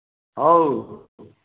ꯍꯥꯎ